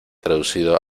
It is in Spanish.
traducido